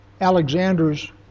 Alexander's